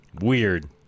Weird